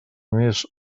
més